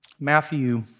Matthew